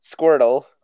Squirtle